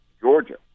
Georgia